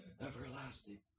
everlasting